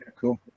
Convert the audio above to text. cool